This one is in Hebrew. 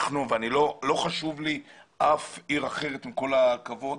לא חשובה לי אף עיר אחרת, עם כל הכבוד,